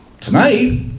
tonight